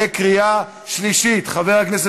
בקריאה שלישית.